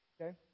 Okay